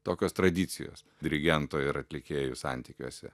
tokios tradicijos dirigento ir atlikėjų santykiuose